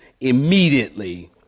immediately